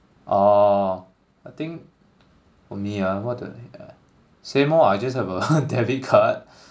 orh I think for me ah what do I have same lor I just have a debit card